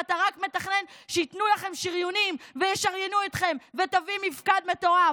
ואתה רק מתכנן שייתנו לכם שריונים וישריינו אתכם ותביא מפקד מטורף.